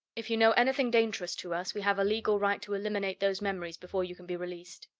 if you know anything dangerous to us, we have a legal right to eliminate those memories before you can be released.